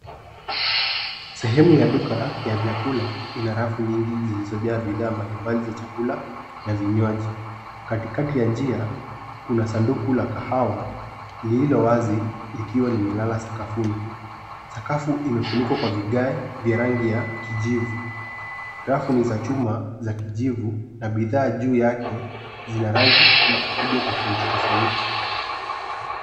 Sehemu ya duka ya vyakula ina rafu nyingi zilizojaa bidhaa mbalimbali za chakula na vinywaji. Katikati ya njia, kuna sanduku la kahawa lililo wazi, likiwa limelala sakafuni. Sakafu imefunikwa kwa vigae vya rangi ya kijivu. Rafu ni za chuma za kijivu na bidhaa juu yake zina rangi na ukubwa tofauti tofauti.